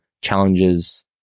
challenges